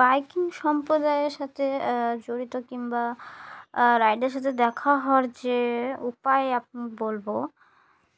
biking সম্প্রদায়ের সাথে জড়িত কিংবা রাইডারের সাথে দেখা হওয়ার যে উপায় আপ বলব